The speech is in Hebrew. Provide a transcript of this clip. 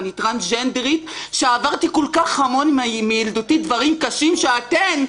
אני טרנסג'נדרית ועברתי מילדותי כל כך הרבה דברים קשים שאתן,